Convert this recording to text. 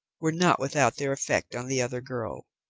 were not without their effect on the other girl.